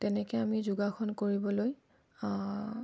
তেনেকৈ আমি যোগাসন কৰিবলৈ